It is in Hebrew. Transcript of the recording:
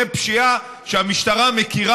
בו, אבל אי-אפשר להתכחש